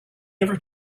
never